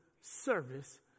service